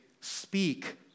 speak